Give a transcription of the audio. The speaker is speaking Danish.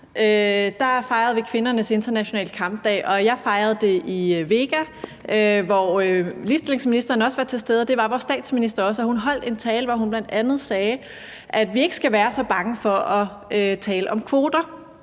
marts fejrede vi kvindernes internationale kampdag, og jeg fejrede det i Vega, hvor ligestillingsministeren også var til stede, og det var vores statsminister også, og hun holdt en tale, hvor hun bl.a. sagde, at vi ikke skal være så bange for at tale om kvoter